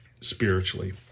spiritually